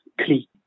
clique